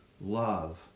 love